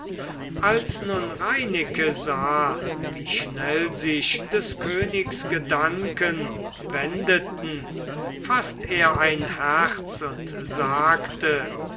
als nun reineke sah wie schnell sich des königs gedanken wendeten faßt er ein herz und sagte